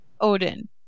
Odin